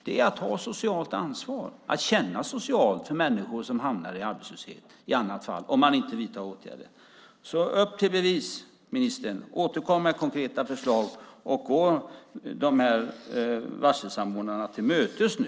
Det är att ta ett socialt ansvar, att känna socialt för människor som hamnar i arbetslöshet om man inte vidtar åtgärder. Upp till bevis, ministern! Återkom med konkreta förslag och gå varselsamordnarna till mötes nu!